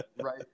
right